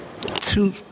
two